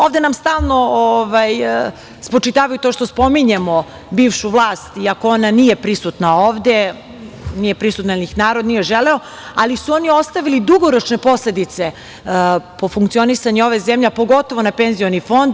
Ovde nam stalno spočitavaju to što spominjemo bivšu vlast, iako ona nije prisutna ovde, nije prisutna jer ih narod nije želeo, ali su oni ostavili dugoročne posledice po funkcionisanje ove zemlje, a pogotovo na penzioni fond.